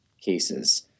cases